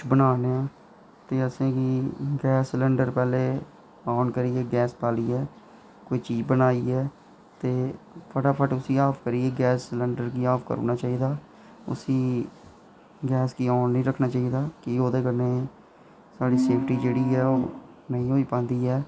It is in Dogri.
ते बनाने आं ते असेंगी गैस सिलेंडर पैह्लें ऑन करियै गैस बालियै कोई चीज़ बनाइयै ते फटाफट करियै उसी गैस सिलेंटर गी ऑफ करी ओड़ना चाहिदा कि उसी गैस गी ऑन निं रक्खना चाहिदा कि ओह्दे कन्नै साढ़ी सेफ्टी जेह्ड़ी ऐ ओह् नेईं होई पांदी ऐ